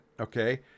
okay